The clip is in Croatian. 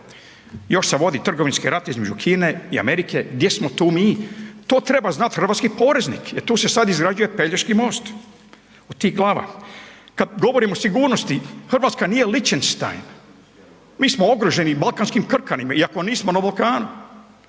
još se vodi trgovinski rat između Kine i Amerike, gdje smo tu mi, to treba znati hrvatski poreznik. E tu se sad izrađuje Pelješki most …/nerazumljivo/… Kad govorimo o sigurnosti, Hrvatska nije Liechtenstein, mi smo okruženi balkanskim krkanima iako nismo na Balkanu.